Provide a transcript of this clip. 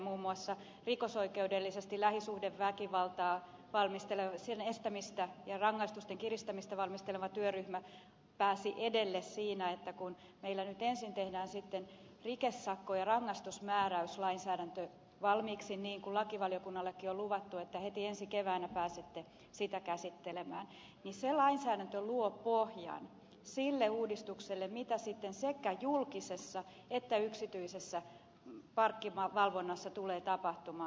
muun muassa rikosoikeudellisesti lähisuhdeväkivaltaa sen estämistä ja rangaistusten kiristämistä valmisteleva työryhmä pääsi edelle siinä että kun meillä nyt ensin tehdään rikesakko ja rangaistusmääräyslainsäädäntö valmiiksi niin kuin lakivaliokunnallekin on luvattu että heti ensi keväänä pääsette sitä käsittelemään niin se lainsäädäntö luo pohjan sille uudistukselle mitä sitten sekä julkisessa että yksityisessä parkkivalvonnassa tulee tapahtumaan